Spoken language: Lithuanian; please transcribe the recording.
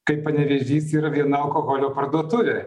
kaip panevėžys yra viena alkoholio parduotuvė